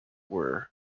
were